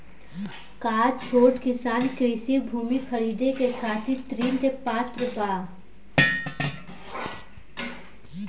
का छोट किसान कृषि भूमि खरीदे के खातिर ऋण के पात्र बा?